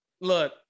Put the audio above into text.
Look